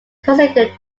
considered